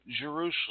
Jerusalem